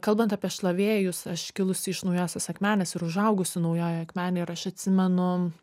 kalbant apie šlavėjus aš kilusi iš naujosios akmenės ir užaugusi naujojoj akmenėj ir aš atsimenu